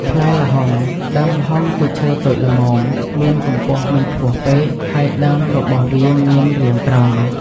ផ្លែល្ហុង ដើមល្ហុងជាឈើតូចល្មម មានកម្ពស់មិនខ្ពស់ពេក ហើយដើមរបស់វាមានរាងត្រង់។